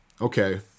okay